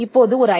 இப்போது ஒரு ஐ